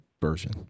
version